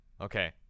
okay